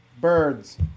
Birds